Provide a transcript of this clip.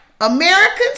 Americans